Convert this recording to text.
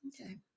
Okay